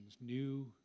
new